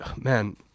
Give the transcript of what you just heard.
man